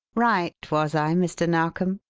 right was i, mr. narkom?